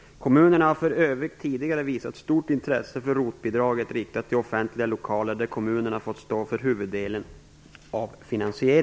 Kommunerna har för övrigt tidigare visat stort intresse för